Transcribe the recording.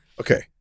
Okay